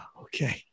okay